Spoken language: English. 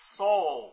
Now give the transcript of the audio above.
soul